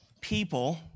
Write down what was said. people